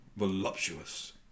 voluptuous